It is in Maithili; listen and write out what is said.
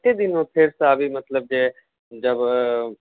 कते दिनमे फेरसँ आबि मतलब जे देबै